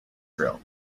drill